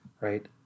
right